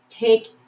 Take